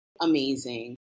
amazing